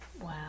Wow